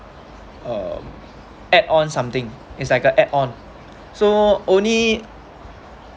um add on something is like a add on so only